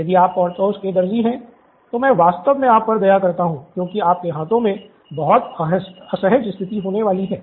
यदि आप पर्थोस के दर्जी हैं तो मैं वास्तव में आप पर दया करता हूं क्योंकि आपके हाथों में बहुत असहज स्थिति होने वाली है